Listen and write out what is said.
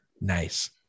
Nice